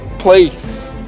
place